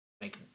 make